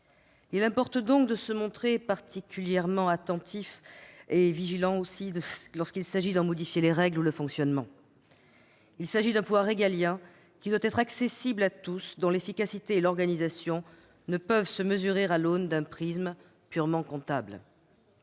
Il importe donc de se montrer particulièrement vigilant lorsqu'il s'agit d'en modifier les règles ou le fonctionnement. C'est un pouvoir régalien qui doit être accessible à tous. Son efficacité et son organisation ne peuvent pas se mesurer à l'aune d'un prisme purement comptable.